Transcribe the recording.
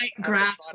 Graph